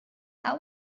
how